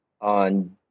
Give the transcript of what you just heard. on